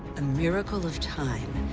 a miracle of time,